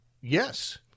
Yes